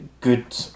good